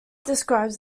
describes